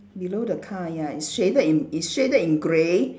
below the car ya it's shaded in it's shaded in grey